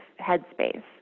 headspace